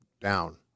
down